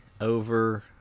over